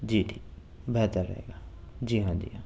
جی ٹھیک بہتر رہے گا جی ہاں جی ہاں